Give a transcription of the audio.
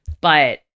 but-